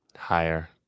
Higher